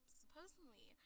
supposedly